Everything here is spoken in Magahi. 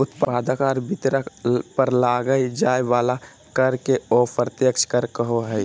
उत्पादक आर वितरक पर लगाल जाय वला कर के अप्रत्यक्ष कर कहो हइ